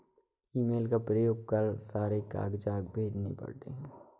email का प्रयोग कर सारे कागजात भेजने पड़ते हैं